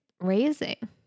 raising